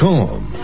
Calm